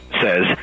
says